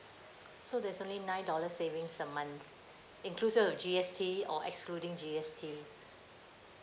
so there's only nine dollar savings a month inclusive of G_S_T or excluding G_S_T